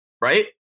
right